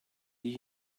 die